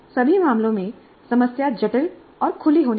सभी मामलों में समस्या जटिल और खुली होनी चाहिए